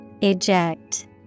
Eject